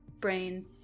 brain